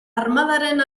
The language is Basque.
armadaren